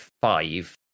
five